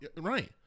Right